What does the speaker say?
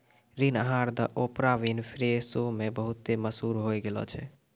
ऋण आहार the Oprah Winfrey show मे बहुते मशहूर होय गैलो छलै